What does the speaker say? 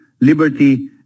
liberty